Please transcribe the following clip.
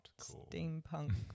steampunk